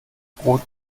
brot